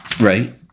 Right